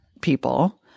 people